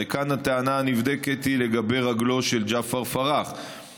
הרי כאן הטענה הנבדקת היא לגבי רגלו של ג'עפר פרח,